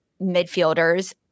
midfielders